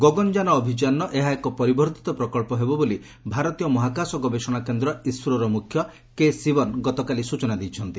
ଗଗନଯାନ ଅଭିଯାନର ଏହା ଏକ ପରିବର୍ବ୍ଧିତ ପ୍ରକ ବୋଲି ଭାରତୀୟ ମହାକାଶ ଗବେଷଣା କେନ୍ଦ୍ ଇସ୍ରୋର ମୁଖ୍ୟ କେ ଶିବନ ଗତକାଲି ସ୍ଚନା ଦେଇଛନ୍ତି